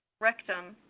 rectum,